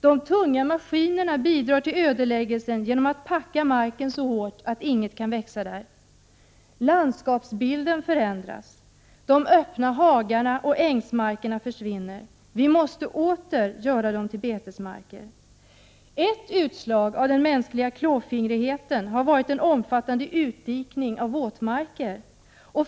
De tunga maskinerna bidrar till ödeläggelsen genom att packa marken så hårt att inget kan växa där Landskapsbilden förändras. De öppna hagarna och ängsmarkerna försvinner. Vi måste åter göra dem till betesmarker. Ett utslag av den mänskliga klåfingrigheten har varit en omfattande utdikning av våtmarker.